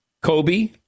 Kobe